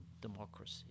democracy